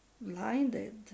blinded